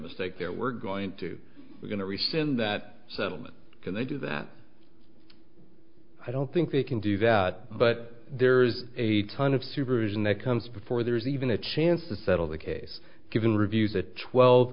mistake there we're going to we're going to rescind that settlement because they do that i don't think they can do that but there's a kind of supervision that comes before there is even a chance to settle the case given review the twelve